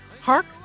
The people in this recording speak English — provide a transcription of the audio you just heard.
Hark